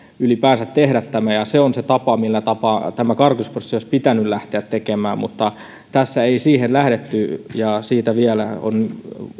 ylipäänsä tehdä tämä ja se on se tapa millä tämä karkotusprosessi olisi pitänyt lähteä tekemään mutta tässä ei siihen lähdetty ja siitä vielä on